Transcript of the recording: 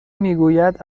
میگوید